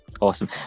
awesome